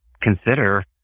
consider